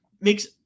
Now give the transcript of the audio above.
makes